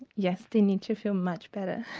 yes they need to feel much better.